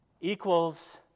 Equals